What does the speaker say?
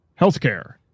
healthcare